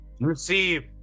Receive